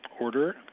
order